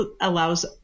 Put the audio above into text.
allows